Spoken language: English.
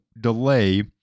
delay